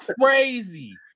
crazy